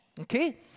okay